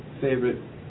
favorite